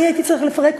אני הייתי צריך לפרק,